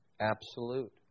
absolute